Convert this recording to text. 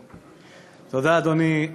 אדוני.